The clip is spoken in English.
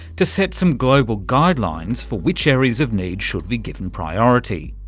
to set some global guidelines for which areas of need should be given priority.